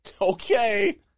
Okay